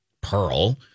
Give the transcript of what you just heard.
pearl